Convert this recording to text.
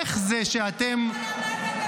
איך זה שאתם --- איפה למדת את המשפט הזה?